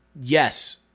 Yes